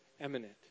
eminent